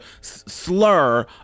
slur